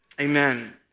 amen